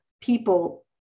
people